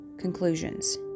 conclusions